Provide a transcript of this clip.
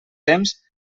temps